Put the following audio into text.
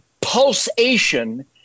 pulsation